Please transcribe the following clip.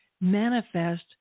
manifest